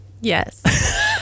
Yes